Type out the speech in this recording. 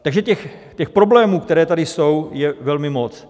Takže těch problémů, které tady jsou, je velmi moc.